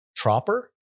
Tropper